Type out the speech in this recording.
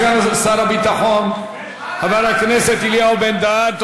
תודה לסגן שר הביטחון חבר הכנסת אליהו בן-דהן.